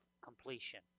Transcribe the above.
completion